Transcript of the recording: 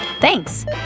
Thanks